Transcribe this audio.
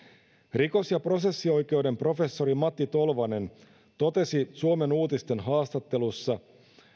rikos ja prosessioikeuden professori matti tolvanen totesi suomen uutisten haastattelussa